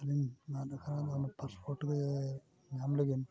ᱟᱹᱞᱤᱧ ᱚᱱᱟ ᱯᱟᱥᱯᱳᱨᱴ ᱜᱮ ᱧᱟᱢ ᱞᱟᱹᱜᱤᱫ